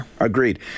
Agreed